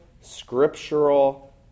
scriptural